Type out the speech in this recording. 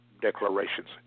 declarations